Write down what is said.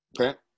Okay